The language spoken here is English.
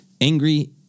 angry